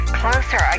closer